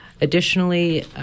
Additionally